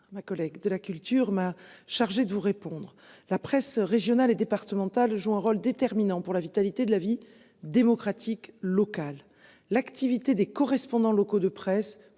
ma collègue de la Culture m'a chargé de vous répondre. La presse régionale et départementale joue un rôle déterminant pour la vitalité de la vie démocratique local l'activité des correspondants locaux de presse,